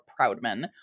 Proudman